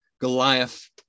goliath